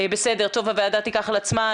טוב, הוועדה תיקח על עצמה.